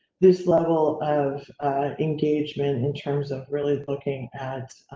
this level of engagement, in terms of really looking at